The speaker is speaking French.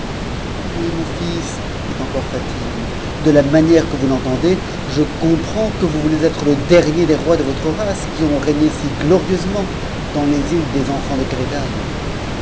mais mon fils dit encore fatime de la manière que vous l'entendez je comprends que vous voulez être le dernier des rois de votre race qui ont régné si glorieusement dans les îles des enfants de